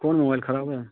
कोन मोबाइल खराब यऽ